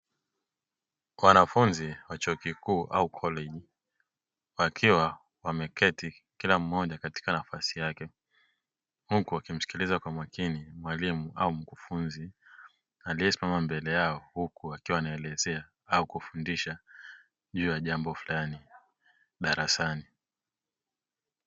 Wanafunzi wa chuo kikuu au koleji wakiwa wameketi kila mmoja katika nafasi yake huku wakimsikiliza kwa makini mwalimu au mkufunzi aliyesimama mbele yao huku akiwa anaelezea au kufundisha juu ya jambo fulani darasani.